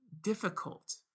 difficult